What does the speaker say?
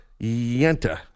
yenta